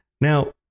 Now